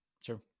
Sure